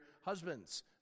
husbands